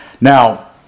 Now